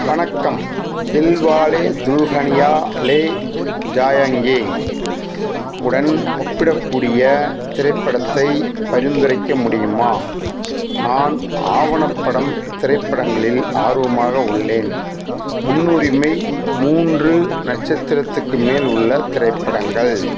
வணக்கம் தில்வாலே துல்ஹனியா லே ஜாயேங்கே உடன் ஒப்பிடக்கூடிய திரைப்படத்தைப் பரிந்துரைக்க முடியுமா நான் ஆவணப்படம் திரைப்படங்களில் ஆர்வமாக உள்ளேன் முன்னுரிமை மூன்று நட்சத்திரத்துக்கு மேல் உள்ள திரைப்படங்கள்